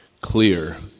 clear